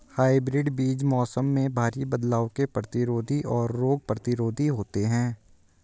hybrid बीज मौसम में भारी बदलाव के प्रतिरोधी और रोग प्रतिरोधी होते हैं